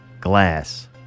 Glass